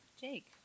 Jake